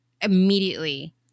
immediately